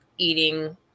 eating